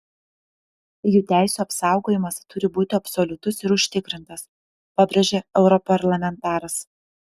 jų teisių apsaugojimas turi būti absoliutus ir užtikrintas pabrėžė europarlamentaras